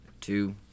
two